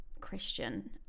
christian